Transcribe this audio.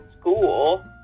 school